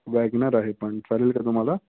wagon R आहे पण चालेल का तुम्हाला